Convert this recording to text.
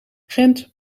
gent